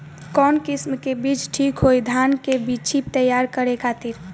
कवन किस्म के बीज ठीक होई धान के बिछी तैयार करे खातिर?